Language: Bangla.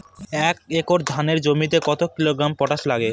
এক একর ধানের জমিতে কত কিলোগ্রাম পটাশ লাগে?